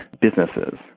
businesses